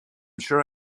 sure